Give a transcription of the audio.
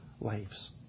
lives